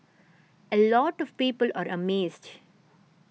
a lot of people are amazed